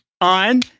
on